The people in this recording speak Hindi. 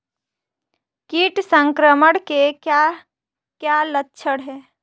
कीट संक्रमण के क्या क्या लक्षण हैं?